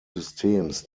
systems